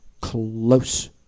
close